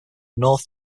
north